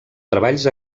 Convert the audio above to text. treballs